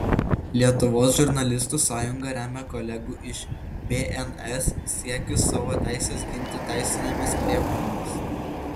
lietuvos žurnalistų sąjunga remia kolegų iš bns siekius savo teises ginti teisinėmis priemonėmis